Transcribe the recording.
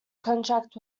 contract